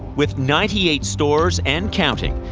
with ninety eight stores and counting,